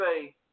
say